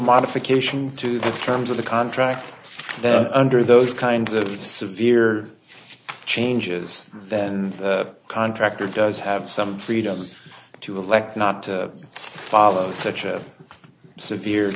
modification to the terms of the contract under those kinds of severe changes then contractor does have some freedom to elect not to follow such a severe